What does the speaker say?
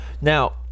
Now